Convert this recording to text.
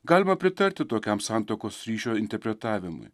galima pritarti tokiam santuokos ryšio interpretavimui